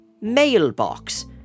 Mailbox